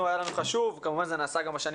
היה לנו חשוב - כמובן זה נעשה גם בשנים